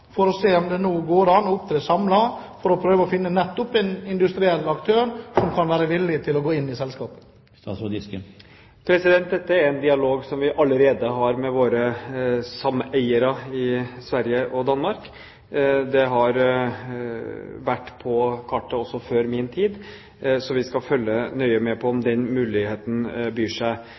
for å se om det går an å opptre samlet for å prøve å finne en industriell aktør som kan være villig til å gå inn i selskapet? Dette er en dialog som vi allerede har med våre sameiere i Sverige og Danmark. Det har vært på kartet også før min tid, så vi skal følge nøye med på om den muligheten byr seg.